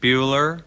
Bueller